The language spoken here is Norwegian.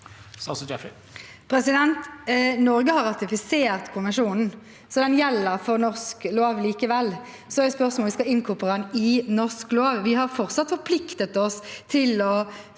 Norge har ratifisert konvensjonen, så den gjelder for norsk lov likevel. Så er spørsmålet om vi også skal inkorporere den i norsk lov. Vi har fortsatt forpliktet oss til å